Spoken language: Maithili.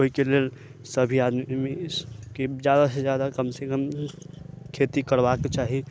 ओहिके लेल सभी आदमी के जादा से जादा कम से कम खेती करबा के चाही